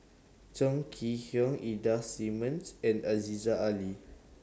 Chong Kee Hiong Ida Simmons and Aziza Ali